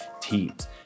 teams